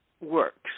works